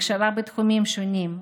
הכשרה בתחומים שונים,